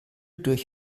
durch